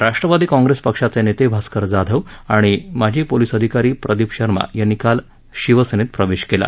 राष्ट्रवादी काँग्रेस पक्षाचे नेते भास्कर जाधव णि माजी पोलिस अधिकारी प्रदीप शर्मा यांनी काल शिवसेनेत प्रवेश केला